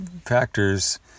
factors